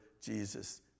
Jesus